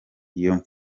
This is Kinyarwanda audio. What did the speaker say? iyo